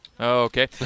Okay